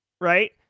right